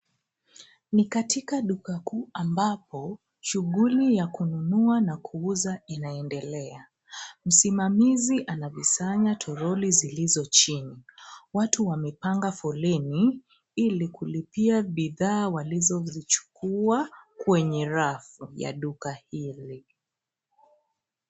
Ni katika duka kuu ambapo shughuli ya kununua na kuuza inaendelea. Msimamizi anavisanya toroli zilizo chini. Watu wamepanga foleni ili kulipia bidhaa walizozichukua kwenye rafu ya duka hili.